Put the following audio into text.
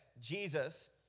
Jesus